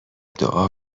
دعا